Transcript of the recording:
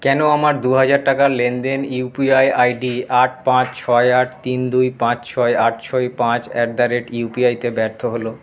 কেন আমার দু হাজার টাকার লেনদেন ইউপিআই আইডি আট পাঁচ ছয় আট তিন দুই পাঁচ ছয় আট ছয় পাঁচ at the rate U P I তে ব্যর্থ হল